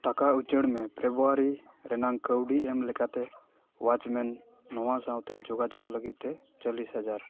ᱴᱟᱠᱟ ᱩᱪᱟᱹᱲ ᱢᱮ ᱯᱷᱮᱵᱽᱨᱩᱣᱟᱨᱤ ᱨᱮᱱᱟᱜ ᱠᱟᱹᱣᱰᱤ ᱮᱢ ᱞᱮᱠᱟᱛᱮ ᱳᱣᱟᱪᱼᱢᱮᱱ ᱱᱚᱣᱟ ᱥᱟᱶᱛᱮ ᱡᱳᱜᱟᱡᱳᱜᱽ ᱞᱟᱹᱜᱤᱫᱼᱛᱮ ᱪᱚᱞᱞᱤᱥ ᱦᱟᱡᱟᱨ